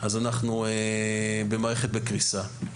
אז אנחנו במערכת בקריסה.